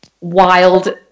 wild